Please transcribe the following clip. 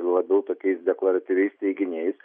labiau tokiais deklaratyviais teiginiais